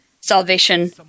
salvation